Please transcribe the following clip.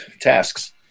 tasks